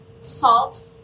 salt